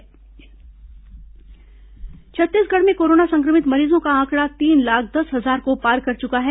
corona समाचार छत्तीसगढ़ में corona संक्रमित मरीजों का आंकड़ा तीन लाख दस हजार को पार कर चुका है